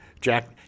Jack